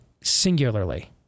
singularly